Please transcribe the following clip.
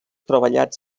treballats